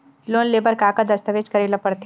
Loan ले बर का का दस्तावेज करेला पड़थे?